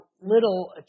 little